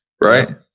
Right